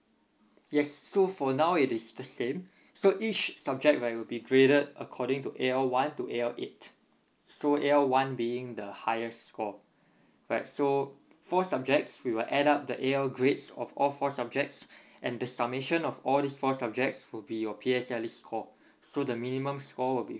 yes so for now it is the same so each subject right will be graded according to A_L one to A_L eight so A_L one being the highest score right so four subjects we will add up the A_L grades of all four subjects and the submission of all these four subjects would be your P_S_L_E score so the minimum score will be